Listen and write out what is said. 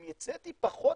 אם ייצא לי פחות